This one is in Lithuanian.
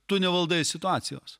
tu nevaldai situacijos